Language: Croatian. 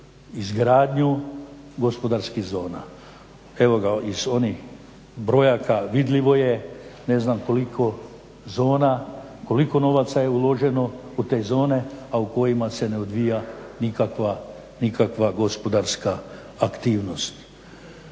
izgradnju gospodarskih zona. Evo iz onih brojaka vidljivo je ne znam koliko zona, koliko novaca je uloženo u te zone, a u kojima se ne odvija nikakva gospodarska aktivnost.